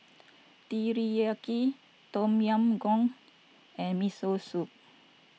Teriyaki Tom Yam Goong and Miso Soup